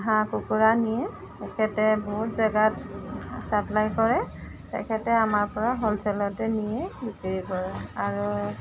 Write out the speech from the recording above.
হাঁহ কুকুৰা নিয়ে তেখেতে বহুত জেগাত ছাপ্লাই কৰে তেখেতে আমাৰ পৰা হোলছে'লতে নিয়ে বিক্ৰী কৰে আৰু